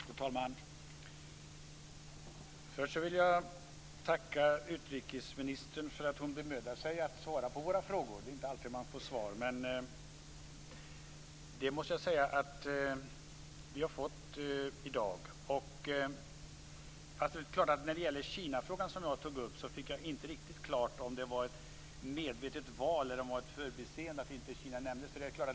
Fru talman! Först vill jag tacka utrikesministern för att hon bemödar sig att svara på våra frågor. Det är inte alltid man får svar, men det måste jag säga att vi har fått i dag. När det gäller Kinafrågan, som jag tog upp, fick jag dock inte riktigt klart för mig om det var ett medvetet val eller ett förbiseende att inte Kina nämndes.